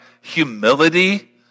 humility